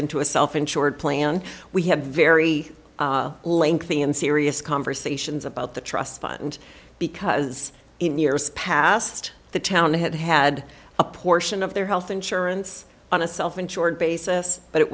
into a self insured plan we have very lengthy and serious conversations about the trust fund because in years past the town had had a portion of their health insurance on a self insured basis but it